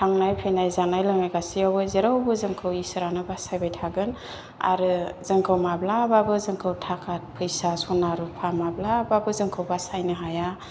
थांनाय फैनाय जानाय लोंनाय गासियावबो जेरावबो जोंखौ इसोरानो बासायबाय थागोन आरो जोंखौ माब्लाबाबो जोंखौ थाखात फैसा सना रुपा माब्लाबाबो जोंखौ बासायनो हाया